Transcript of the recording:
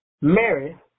Mary